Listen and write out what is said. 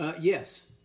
Yes